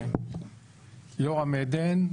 יורם עדן, בבקשה.